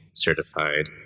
certified